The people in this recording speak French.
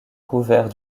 couverts